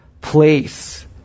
place